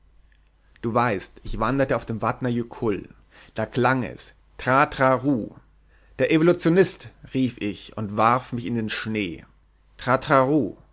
du weißt ich wanderte auf dem vatna jökull da klang es tratraruuuh der evolutionist rief ich und warf mich in den schnee tratraruuuh